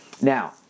Now